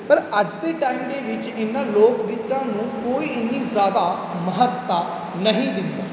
ਪਰ ਅੱਜ ਦੇ ਟਾਈਮ ਦੇ ਵਿੱਚ ਇਹਨਾਂ ਲੋਕ ਗੀਤਾਂ ਨੂੰ ਕੋਈ ਇੰਨੀ ਜ਼ਿਆਦਾ ਮਹੱਤਤਾ ਨਹੀਂ ਦਿੰਦਾ